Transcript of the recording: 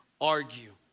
argue